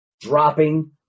dropping